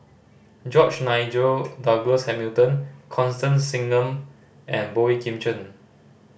George Nigel Douglas Hamilton Constance Singam and Boey Kim Cheng